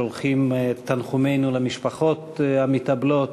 שולחים את תנחומינו למשפחות המתאבלות